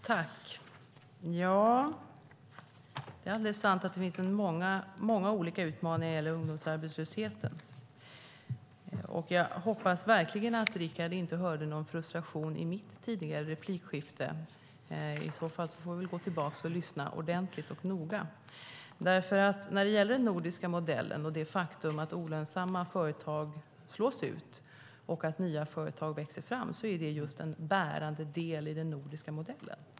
Herr talman! Det är alldeles sant att det finns många olika utmaningar när det gäller ungdomsarbetslösheten. Jag hoppas verkligen att Rickard Nordin inte hörde någon frustration i mitt tidigare replikskifte. I så fall får vi gå tillbaka och lyssna ordentligt. När det gäller den nordiska modellen och det faktum att olönsamma företag slås ut och att nya företag växer fram är det just en bärande del i den nordiska modellen.